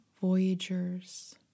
voyagers